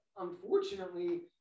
unfortunately